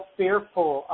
fearful